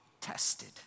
tested